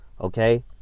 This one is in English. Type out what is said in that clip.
Okay